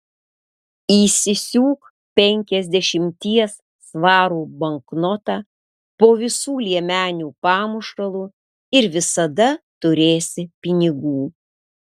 įsisiūk penkiasdešimties svarų banknotą po visų liemenių pamušalu ir visada turėsi pinigų